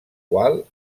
qual